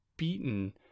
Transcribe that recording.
beaten